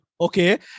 okay